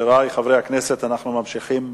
חברי חברי הכנסת, אנחנו ממשיכים